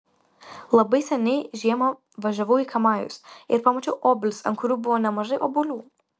labai seniai žiemą važiavau į kamajus ir pamačiau obelis ant kurių buvo nemažai obuolių